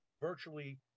virtually